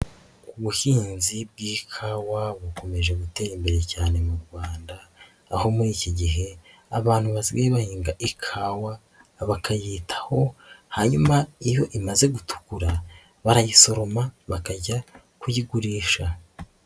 Ubuhinzi bw'ikawa bukomeje gutera imbere cyane mu Rwanda, aho muri iki gihe abantu basigaye bahinga ikawa bakayitaho hanyuma iyo imaze gutukura barayisoroma bakajya kuyigurisha.